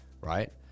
right